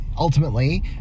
Ultimately